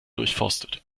durchforstet